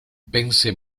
vence